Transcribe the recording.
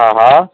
हा हा